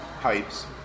pipes